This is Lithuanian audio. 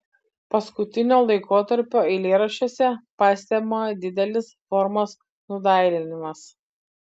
paskutinio laikotarpio eilėraščiuose pastebima didelis formos nudailinimas